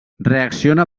reacciona